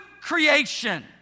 creation